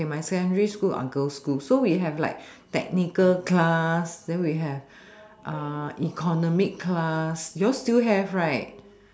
okay my family school are girl schools so we have like technical class then we have economic class you all still have right